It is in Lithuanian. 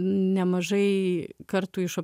nemažai kartų iš